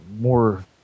more